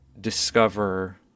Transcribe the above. discover